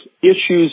issues